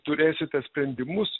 turėsite sprendimus